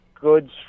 goods